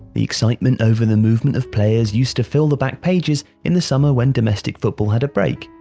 the excitement over the movement of players used to fill the back pages in the summer when domestic football had a break.